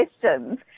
questions